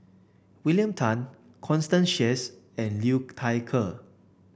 William Tan Constance Sheares and Liu Thai Ker